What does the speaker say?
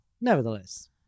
nevertheless